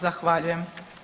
Zahvaljujem.